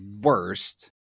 worst